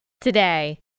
today